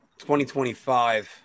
2025